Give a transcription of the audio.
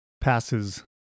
passes